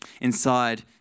Inside